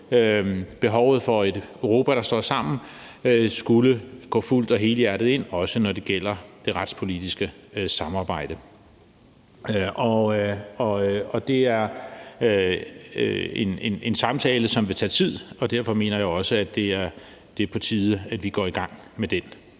behovet for et Europa, der står sammen, skulle gå fuldt og helhjertet ind, også når det gælder det retspolitiske samarbejde. Det er en samtale, som vil tage tid, og derfor mener jeg også, at det er på tide, at vi går i gang med den.